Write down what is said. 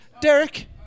Derek